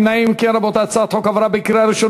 ההצעה להעביר את הצעת חוק עזרה משפטית